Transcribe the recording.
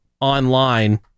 online